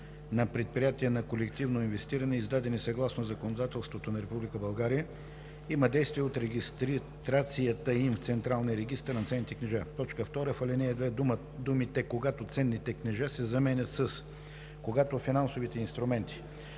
на предприятия за колективно инвестиране, издадени съгласно законодателството на Република България, има действие от регистрацията им в централния регистър на ценни книжа. 2. В ал. 2 думите „Когато ценните книжа“ се заменят с „Когато финансовите инструменти“,